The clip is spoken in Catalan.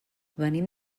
venim